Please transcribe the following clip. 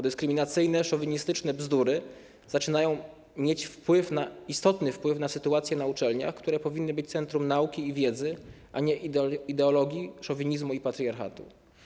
Dyskryminacyjne, szowinistyczne bzdury zaczynają mieć istotny wpływ na sytuację na uczelniach, które powinny być centrum nauki i wiedzy, a nie ideologii, szowinizmu i patriarchatu.